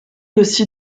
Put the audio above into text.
aussi